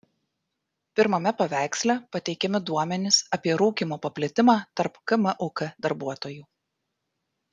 pirmame paveiksle pateikiami duomenys apie rūkymo paplitimą tarp kmuk darbuotojų